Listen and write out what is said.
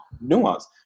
nuance